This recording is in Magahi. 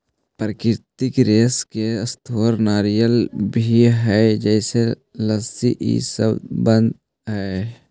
प्राकृतिक रेशा के स्रोत नारियल भी हई जेसे रस्सी इ सब बनऽ हई